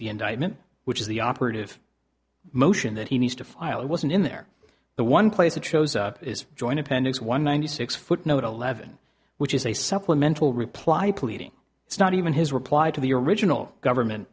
the indictment which is the operative motion that he needs to file it wasn't in there the one place that shows up is join appendix one ninety six footnote eleven which is a supplemental reply pleading it's not even his reply to the original government